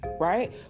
right